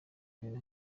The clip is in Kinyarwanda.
ibintu